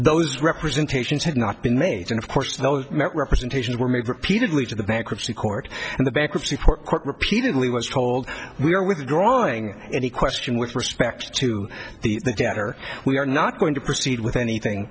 those representations had not been made and of course the met representations were made repeatedly to the bankruptcy court and the bankruptcy court repeatedly was told we are withdrawing any question with respect to the debt or we are not going to proceed with anything